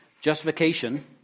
Justification